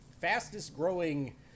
fastest-growing